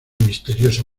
misterioso